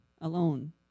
alone